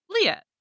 Leah